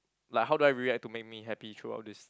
like how do I react to make me happy throughout this